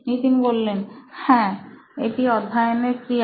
নিতিন হ্যাঁ এটি অধ্যায়ন এর ক্রিয়া